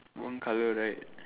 one colour right